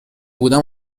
بودم